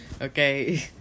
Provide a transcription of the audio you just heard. Okay